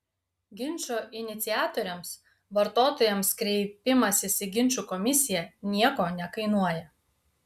ginčo iniciatoriams vartotojams kreipimasis į ginčų komisiją nieko nekainuoja